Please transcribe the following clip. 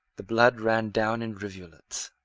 the blood ran down in rivulets.